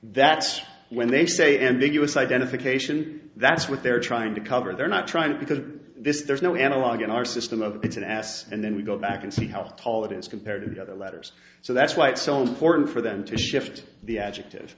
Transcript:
that's when they say ambiguous identification that's what they're trying to cover they're not trying to because this is there's no analog in our system of it's an ass and then we go back and see how tall it is compared to other letters so that's why it's so important for them to shift the adjective